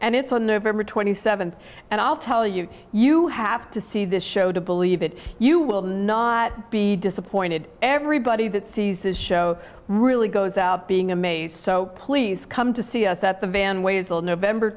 and it's on november twenty seventh and i'll tell you you have to see this show to believe that you will not be disappointed everybody that sees this show really goes out being a may so please come to see us at the van ways on november